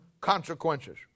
consequences